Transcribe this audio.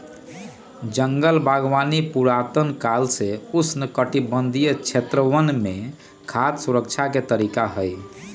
जंगल बागवानी पुरातन काल से उष्णकटिबंधीय क्षेत्रवन में खाद्य सुरक्षा के तरीका हई